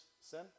sin